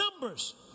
numbers